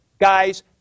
guys